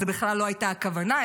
זאת בכלל לא הייתה הכוונה,